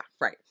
right